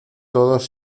todos